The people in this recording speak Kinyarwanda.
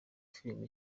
filimi